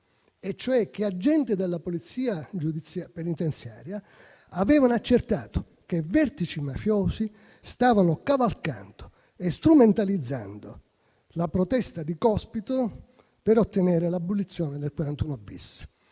e cioè che agenti della Polizia penitenziaria avevano accertato che vertici mafiosi stavano cavalcando e strumentalizzando la protesta di Cospito per ottenere l'abolizione del 41-*bis.*